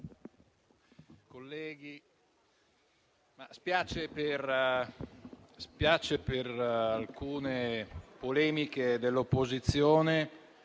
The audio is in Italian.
colleghi, spiace per alcune polemiche dell'opposizione